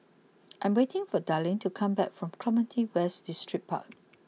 I'm waiting for Darlene to come back from Clementi West Distripark